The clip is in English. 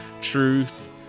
truth